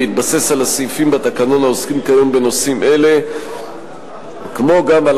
בהתבסס על הסעיפים בתקנון העוסקים כיום בנושאים אלה כמו גם על